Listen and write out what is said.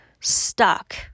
stuck